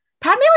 Padme